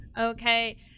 Okay